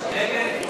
נגד?